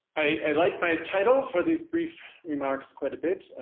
i like my title for these brief remarks quite a bit,